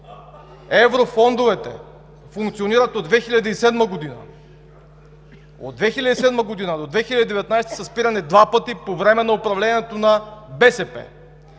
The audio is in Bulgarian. Еврофондовете функционират от 2007 г. От 2007 г. до 2019 г. са спирани два пъти по време на управлението на БСП.